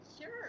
Sure